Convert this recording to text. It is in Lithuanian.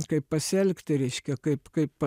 kaip pasielgti reiškia kaip kaip